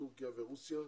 טורקיה ורוסיה,